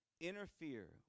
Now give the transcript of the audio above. interfere